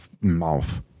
mouth